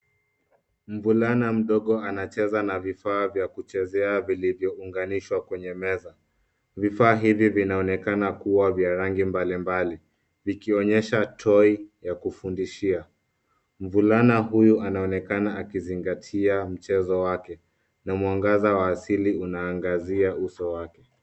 Mvulana mdogo anacheza na vifaa vya kuchezea vilivyonganishwa kwenye meza. Vifaa hivi vinaonekana kua vya rangi mbali mbali, vikionyesha toy ya kufundishia. Mvulana huyu anaonekana akizingatia mchezo wake, na mwangaza wa asili unaangazia uso wake.